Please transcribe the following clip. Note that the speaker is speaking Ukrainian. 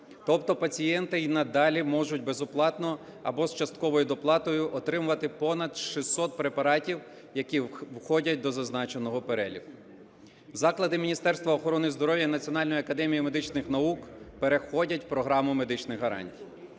Тобто пацієнти і надалі можуть безоплатно або з частковою доплатою отримувати понад 600 препаратів, які входять до зазначеного переліку. Заклади Міністерства охорони здоров'я і Національної академії медичних наук переходять в програму медичних гарантій.